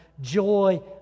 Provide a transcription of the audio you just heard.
joy